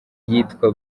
yitwa